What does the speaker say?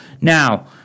Now